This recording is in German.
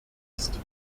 ist